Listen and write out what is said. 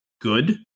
good